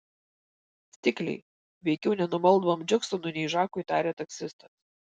stikliai veikiau nenumaldomam džeksonui nei žakui tarė taksistas